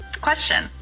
question